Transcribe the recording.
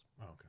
Okay